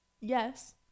Yes